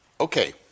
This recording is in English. Okay